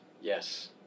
Yes